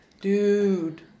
Dude